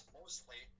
mostly